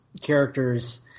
characters